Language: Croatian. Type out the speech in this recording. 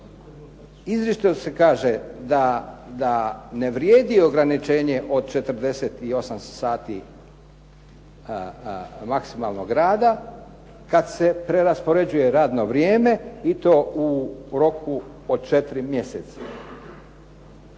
izričito se kaže da ne vrijedi ograničenje od 48 sati maksimalnog rada kad se preraspoređuje radno vrijeme i to u roku od 4 mjeseca.